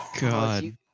God